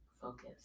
focus